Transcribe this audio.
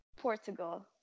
portugal